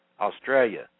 Australia